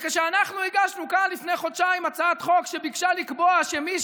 וכשאנחנו הגשנו כאן לפני חודשיים הצעת חוק שביקשה לקבוע שמי